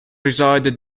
resided